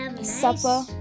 supper